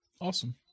Awesome